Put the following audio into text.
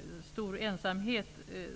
det kan komma att göra det.